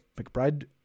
McBride